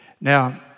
Now